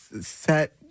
Set